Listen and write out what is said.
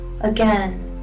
again